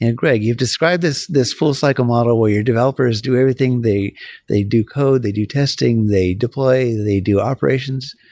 and greg, you've described this this full cycle model where your developers do everything. they they do code. they do testing. they deploy. they do operations.